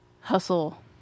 hustle